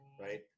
right